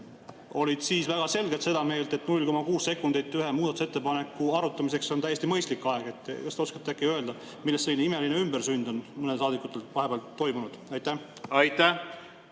olid siis väga selgelt seda meelt, et 0,6 sekundit ühe muudatusettepaneku arutamiseks on täiesti mõistlik aeg. Kas te oskate äkki öelda, millest selline imeline ümbersünd on mõnel saadikul vahepeal toimunud? Aitäh!